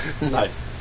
Nice